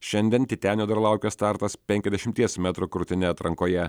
šiandien titenio dar laukia startas penkiasdešimties metrų krūtine atrankoje